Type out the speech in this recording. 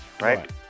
right